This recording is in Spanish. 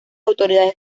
autoridades